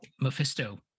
Mephisto